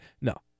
No